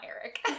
Eric